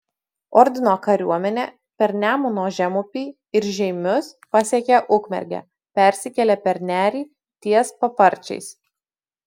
ordino kariuomenė per nemuno žemupį ir žeimius pasiekė ukmergę persikėlė per nerį ties paparčiais